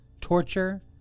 torture